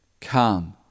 Come